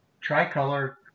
tricolor